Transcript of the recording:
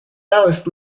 alice